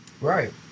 right